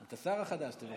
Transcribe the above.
גם את השר החדש תברכי.